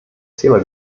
zähler